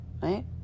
right